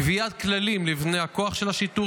קביעת כללים למבנה הכוח של השיטור